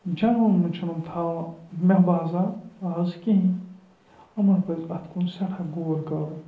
جنٛگلَن منٛز چھِنہٕ یِم تھاوان مےٚ باسان آز کِہیٖنۍ یِمَن پَزِ اَتھ کُن سٮ۪ٹھاہ غور کَرُن